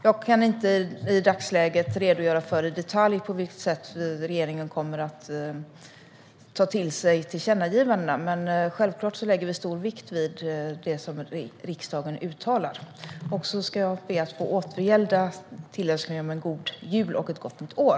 Jag kan i dagsläget inte i detalj redogöra för på vilket sätt regeringen kommer att ta till sig tillkännagivandena, men självklart lägger vi stor vikt vid det riksdagen uttalar. Jag ska be att få återgälda tillönskningen om en god jul och ett gott nytt år.